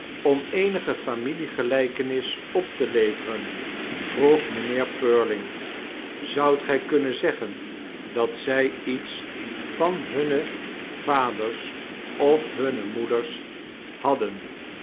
om eenige familiegelijkenis op te leveren vroeg mijnheer purling zoudt gy kunnen zegged dat zjj iets van hunne vaders of hunne moeders hadden